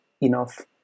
enough